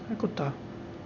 कुत्ता